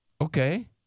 Okay